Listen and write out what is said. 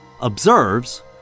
observes